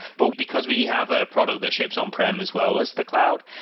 but because we have a product that ships on-prem as well as the cloud,